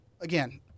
Again